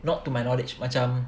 not to my knowledge macam